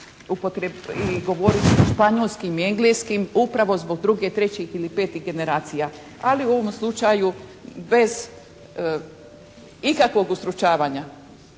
bi trebali i progovoriti i španjolskim i engleskim upravo zbog drugih, trećih ili petih generacija. Ali u ovom slučaju bez ikakvog ustručavanja